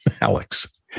Alex